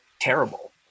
terrible